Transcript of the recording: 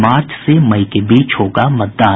मार्च से मई के बीच होगा मतदान